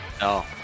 No